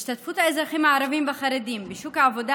השתתפות האזרחים הערבים והחרדים בשוק העבודה